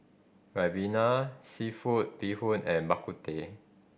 Ribena seafood bee hoon and Bak Kut Teh